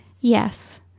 yes